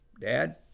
Dad